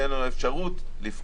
המשק.